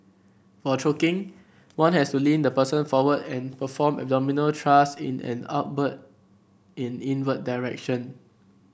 for choking one has to lean the person forward and perform abdominal thrust in an upward and inward direction